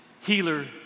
healer